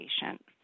patient